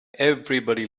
everybody